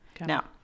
Now